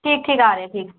ठीक ठीक आ रहें ठीक